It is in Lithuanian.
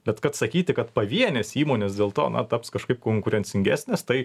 bet kad sakyti kad pavienės įmonės dėl to na taps kažkaip konkurencingesnės tai